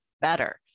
better